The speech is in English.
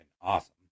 awesome